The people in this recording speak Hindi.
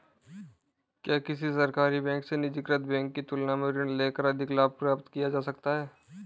क्या किसी सरकारी बैंक से निजीकृत बैंक की तुलना में ऋण लेकर अधिक लाभ प्राप्त किया जा सकता है?